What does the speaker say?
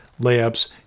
layups